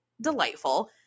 delightful